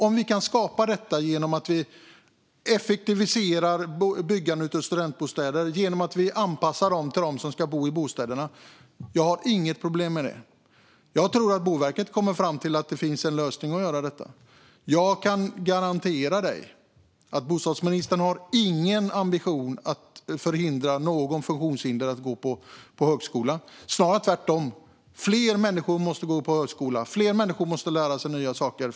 Om vi kan effektivisera byggandet av studentbostäder genom att vi anpassar dem till dem som ska bo där har jag inget problem med det. Jag tror att Boverket kommer fram till att det finns en lösning för att göra detta. Jag kan garantera Malcolm Momodou Jallow att bostadsministern inte har någon ambition att hindra någon funktionshindrad från att gå på högskolan. Snarare tvärtom: Fler människor måste gå på högskola. Fler människor måste lära sig nya saker.